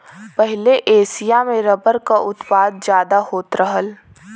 पहिले एसिया में रबर क उत्पादन जादा होत रहल